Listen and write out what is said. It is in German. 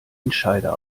entscheider